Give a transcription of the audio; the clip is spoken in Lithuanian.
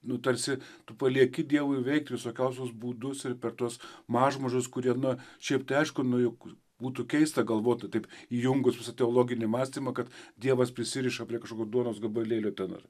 nu tarsi tu palieki dievui veikt visokiausius būdus ir per tuos mažmožius kurie na šiaip tai aišku nu juk būtų keista galvot taip įjungus visą teologinį mąstymą kad dievas prisiriša prie kažkokio duonos gabalėlio ten ar